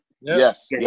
Yes